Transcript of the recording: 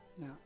No